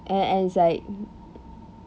and and it's like